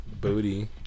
booty